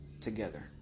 together